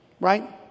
Right